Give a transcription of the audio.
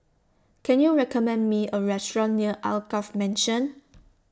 Can YOU recommend Me A Restaurant near Alkaff Mansion